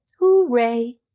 Hooray